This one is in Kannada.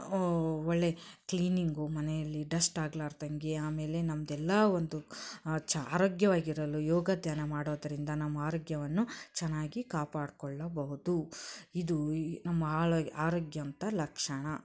ಒಳ್ಳೆಯ ಕ್ಲೀನಿಂಗು ಮನೆಯಲ್ಲಿ ಡಸ್ಟ್ ಆಗಲಾರ್ದಂಗೆ ಆಮೇಲೆ ನಮ್ಮದೆಲ್ಲ ಒಂದು ಚ ಆರೋಗ್ಯವಾಗಿರಲು ಯೋಗ ಧ್ಯಾನ ಮಾಡೋದರಿಂದ ನಮ್ಮ ಆರೋಗ್ಯವನ್ನು ಚೆನ್ನಾಗಿ ಕಾಪಾಡಿಕೊಳ್ಳಬಹುದು ಇದು ಈ ನಮ್ಮ ಆರೋಗ್ಯವಂತರ ಲಕ್ಷಣ